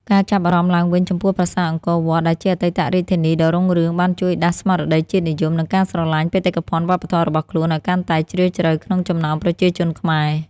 ការចាប់អារម្មណ៍ឡើងវិញចំពោះប្រាសាទអង្គរវត្ត ដែលជាអតីតរាជធានីដ៏រុងរឿង បានជួយដាស់ស្មារតីជាតិនិយម និងការស្រលាញ់បេតិកភណ្ឌវប្បធម៌របស់ខ្លួនឱ្យកាន់តែជ្រាលជ្រៅក្នុងចំណោមប្រជាជនខ្មែរ។